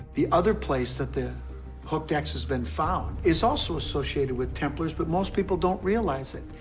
the other place that the hooked x has been found is also associated with templars, but most people don't realize it.